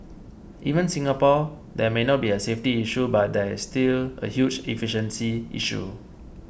even Singapore there may not be a safety issue but there is still a huge efficiency issue